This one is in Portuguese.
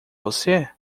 você